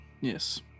yes